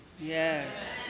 Yes